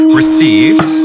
received